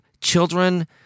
children